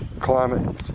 climate